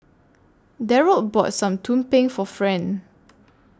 Darold bought Some Tumpeng For Friend